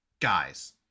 guys